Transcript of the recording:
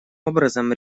образом